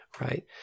Right